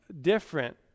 different